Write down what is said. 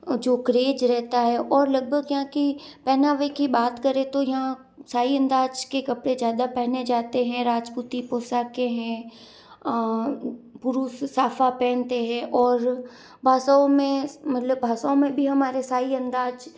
जो क्रेज रहता है और लगभग यहाँ की पहनावे की बात करें तो यहाँ शाही अंदाज के कपड़े ज़्यादा पहने जाते हैं राजपूती पोशाकें हैं पुरुष साफ़ा पहनते हैं और भाषाओं में मतलब भाषाओं में भी हमारे शाही अंदाज